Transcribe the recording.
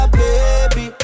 baby